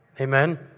Amen